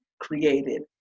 created